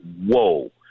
Whoa